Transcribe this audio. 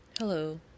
Hello